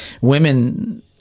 women